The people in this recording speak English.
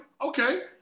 okay